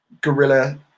guerrilla